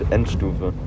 Endstufe